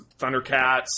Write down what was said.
Thundercats